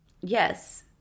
Yes